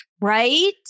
Right